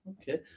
Okay